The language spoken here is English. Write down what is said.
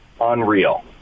unreal